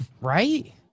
right